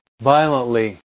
violently